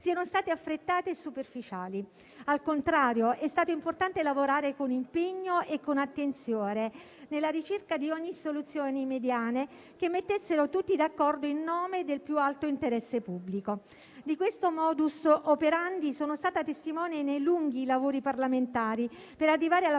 siano state affrettate e superficiali. Al contrario, è stato importante lavorare con impegno e con attenzione nella ricerca di soluzioni mediane che mettessero tutti d'accordo in nome del più alto interesse pubblico. Di questo *modus operandi* sono stata testimone nei lunghi lavori parlamentari, per arrivare